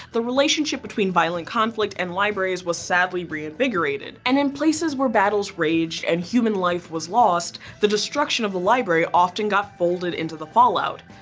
the relationship between violent conflict and libraries was sadly reinvigorated. and in places where battles raged and human life was lost, the destruction of the library often got folded into the fallout.